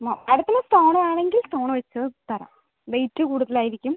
മേഡത്തിന് സ്റ്റോൺ വേണമെങ്കിൽ സ്റ്റോൺ വെച്ച് തരാം വെയ്റ്റ് കൂടുതൽ ആയിരിക്കും